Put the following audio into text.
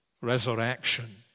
resurrection